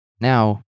Now